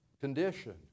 condition